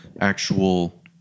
actual